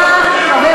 מיקי לוי,